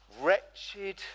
wretched